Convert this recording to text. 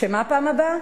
מה בפעם הבאה?